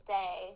day